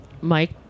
Mike